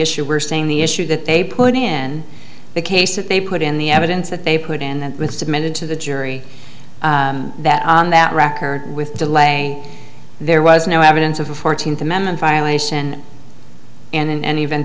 issue we're saying the issue that they put in the case that they put in the evidence that they put in with submitted to the jury that on that record with delaying there was no evidence of the fourteenth amendment violation in any event